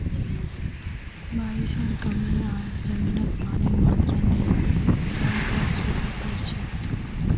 बारिशेर कमी आर जमीनत पानीर मात्रा नई होल पर सूखा पोर छेक